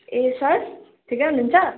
ए sir ठिकै हुनु हुन्छ